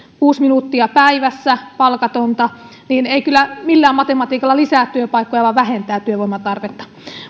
kuusi minuuttia päivässä palkatonta ei kyllä millään matematiikalla lisää työpaikkoja vaan vähentää työvoiman tarvetta